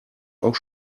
auch